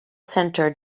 center